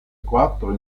quattro